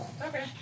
Okay